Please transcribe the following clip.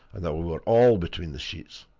and that we were all between the sheets,